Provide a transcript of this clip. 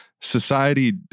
Society